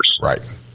Right